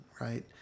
right